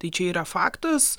tai čia yra faktas